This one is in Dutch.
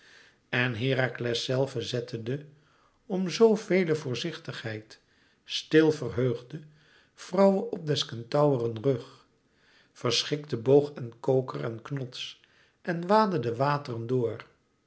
en herakles zelve zette de om zoo vele voorzichtigheid stil verheugde vrouwe op des kentauren rug verschikte boog en koker en knots en waadde de wateren door